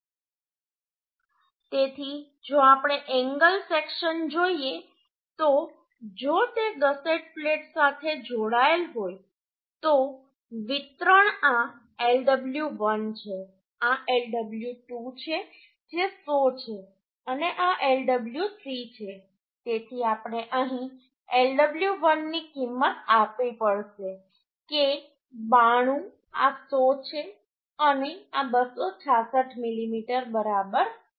તેથી જો આપણે એંગલ સેક્શન જોઈએ તો જો તે ગસેટ પ્લેટ સાથે જોડાયેલ હોય તો વિતરણ આ Lw1 છે આ Lw2 છે જે 100 છે અને આ Lw3 છે તેથી આપણે અહીં Lw1 ની કિંમત આપવી પડશે કે 92 આ 100 છે અને આ 266 મીમી બરાબર છે